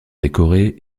décorés